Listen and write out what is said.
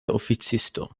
oficisto